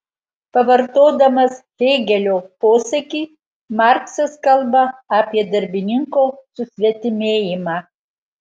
pavartodamas hėgelio posakį marksas kalba apie darbininko susvetimėjimą